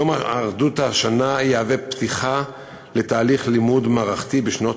יום האחדות השנה יהווה פתיחה לתהליך לימוד מערכתי בשנות